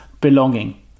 belonging